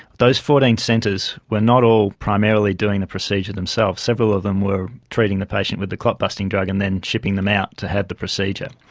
those fourteen centres were not all primarily doing the procedure themselves. several of them were treating the patient with the clot busting drug and then shipping them out to have the procedure.